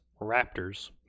Raptors